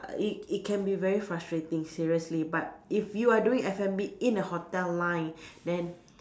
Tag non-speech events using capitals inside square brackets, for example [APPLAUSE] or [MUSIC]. uh it it can be very frustrating seriously but if you are doing F&B in a hotel line [BREATH] then